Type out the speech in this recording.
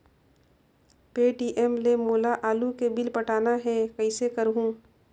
Paytm ले मोला आलू के बिल पटाना हे, कइसे करहुँ?